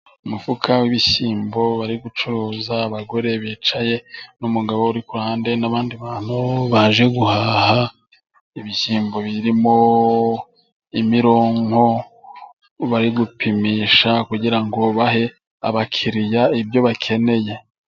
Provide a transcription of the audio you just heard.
Umufuka w'ibishyimbo bari gucuruza, abagore bicaye n'umugabo uri kuruhande n'abandi bantu baje guhaha ibishyimbo; birimo mironko bari gupimisha kugirango bahe abakiriya ibyo bakeneye.